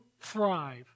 thrive